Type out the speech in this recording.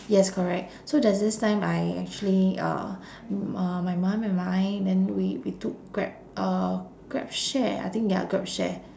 yes correct so there's this time I actually uh m~ uh my mum and I then we we took grab uh grab share I think ya grab share